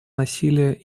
насилия